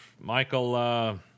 Michael